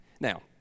Now